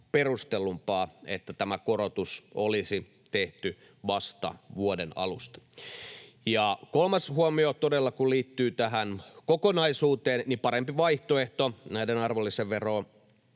perustellumpaa, että tämä korotus olisi tehty vasta vuoden alusta. Kolmas huomio, joka liittyy tähän kokonaisuuteen, on todella se, että parempi vaihtoehto näiden arvonlisäveromuutosten